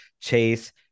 Chase